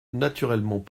naturellement